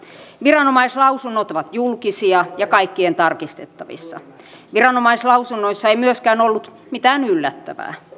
viranomaislausunnot ovat julkisia ja kaikkien tarkistettavissa viranomaislausunnoissa ei myöskään ollut mitään yllättävää